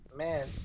Man